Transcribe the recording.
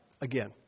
again